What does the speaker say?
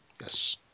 Yes